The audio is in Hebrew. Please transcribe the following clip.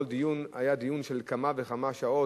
כל דיון היה דיון של כמה וכמה שעות,